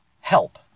help